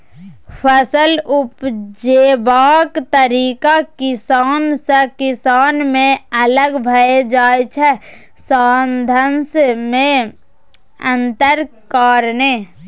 फसल उपजेबाक तरीका किसान सँ किसान मे अलग भए जाइ छै साधंश मे अंतरक कारणेँ